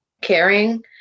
caring